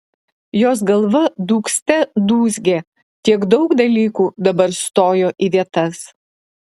jos galva dūgzte dūzgė tiek daug dalykų dabar stojo į vietas